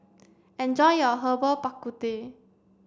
enjoy your Herbal Bak Ku Teh